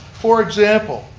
for example,